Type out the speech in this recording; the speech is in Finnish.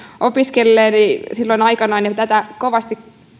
opiskelleeni silloin aikanaan ja tätä kovasti